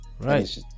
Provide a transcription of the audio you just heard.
Right